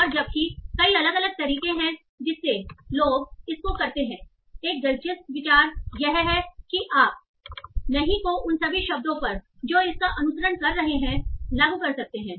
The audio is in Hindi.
और जबकि कई अलग अलग तरीके हैं जिससे लोग इसको करते हैं एक दिलचस्प विचार यह है कि आप नहीं को उन सभी शब्दों पर जो इसका अनुसरण कर रहे हैं पर लागू करते हैं